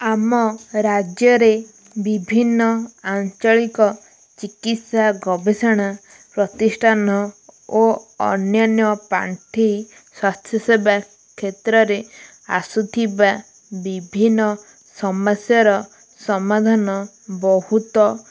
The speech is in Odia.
ଆମ ରାଜ୍ୟରେ ବିଭିନ୍ନ ଆଞ୍ଚଳିକ ଚିକିତ୍ସା ଗବେଷଣା ପ୍ରତିଷ୍ଠାନ ଓ ଅନ୍ୟାନ୍ୟ ପାଣ୍ଠି ସ୍ୱାସ୍ଥ୍ୟସେବା କ୍ଷେତ୍ରରେ ଆସୁଥିବା ବିଭିନ୍ନ ସମସ୍ୟାର ସମାଧାନ ବହୁତ